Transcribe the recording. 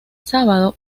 sábado